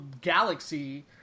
galaxy